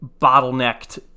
bottlenecked